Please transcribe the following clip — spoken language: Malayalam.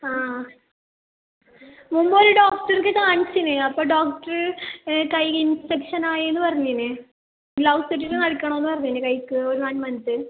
ആ ആ മുമ്പ് ഒരു ഡോക്ടർക്ക് കാണിച്ചിനി അപ്പോൾ ഡോക്ടർ കൈ ഇൻഫെക്ഷൻ ആയി എന്ന് പറഞ്ഞിനി ഗ്ലൗസ് ഇട്ടിട്ട് കഴിക്കണമെന്ന് പറഞ്ഞിനി കയ്ക്ക് ഒരു വൺ മന്ത്